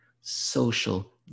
social